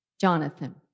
Jonathan